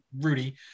Rudy